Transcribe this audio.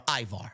Ivar